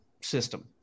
system